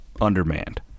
undermanned